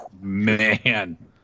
Man